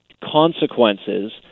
consequences